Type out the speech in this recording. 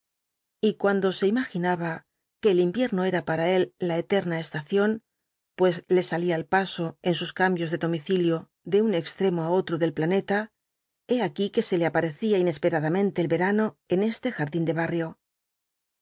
y cuando se imaginaba que el invierno era para él a eterna estación pues le salía al paso en sus cambios de domicilio de un extremo á otro del planeta he aquí que se le aparecía inesperadamente el verano en este jardín de barrio